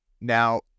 now